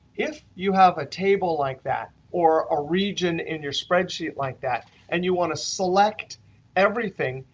if you have a table like that, or a region in your spreadsheet like that, and you want to select everything,